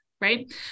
right